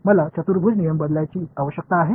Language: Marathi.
मला चतुर्भुज नियम बदलण्याची आवश्यकता आहे